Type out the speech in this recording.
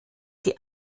die